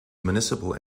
municipal